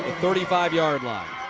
thirty five yard are